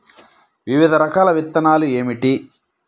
వివిధ రకాల విత్తనాలు ఏమిటి?